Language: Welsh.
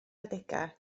adegau